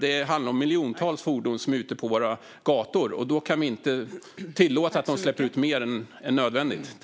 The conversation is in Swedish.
Det handlar om miljontals fordon som är ute på våra gator, och vi kan inte tillåta att de släpper ut mer än nödvändigt.